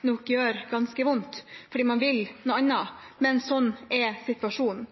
noe annet, men sånn er situasjonen.